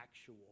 actual